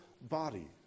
body